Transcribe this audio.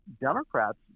Democrats